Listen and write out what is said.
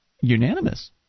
Unanimous